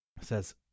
says